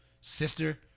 sister